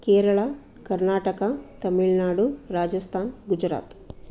Kerala Karnataka Tamil Nadu Rajasthan Gujarat